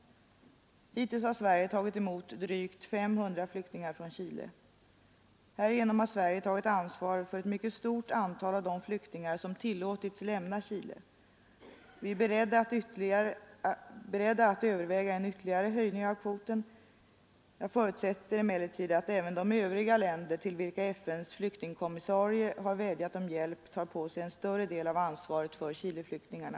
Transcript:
Hittills har Sverige tagit emot drygt 500 flyktingar från Chile. Härigenom har Sverige tagit ansvar för ett mycket stort antal av de flyktingar som tillåtits lämna Chile. Vi är beredda att överväga en ytterligare höjning av kvoten. Jag förutsätter emellertid att även de övriga länder till vilka FN:s flyktingkommissarie har vädjat om hjälp tar på sig en större del av ansvaret för Chileflyktingarna.